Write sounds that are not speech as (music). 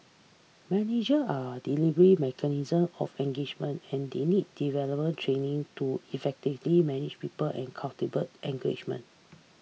manager are the delivery mechanism of engagement and they need development training to effectively manage people and (unintelligible) engagement